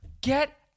Get